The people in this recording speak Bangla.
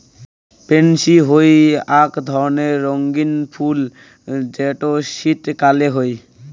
পেনসি হই আক ধরণের রঙ্গীন ফুল যেটো শীতকালে হই